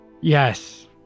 Yes